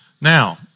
Now